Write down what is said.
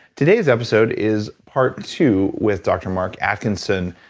today's episode is part two with dr. mark atkinson,